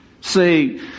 say